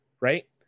Right